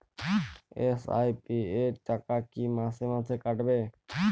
SIP র টাকা কী মাসে মাসে কাটবে?